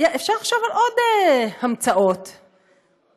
אפשר לחשוב על עוד המצאות שכאלה.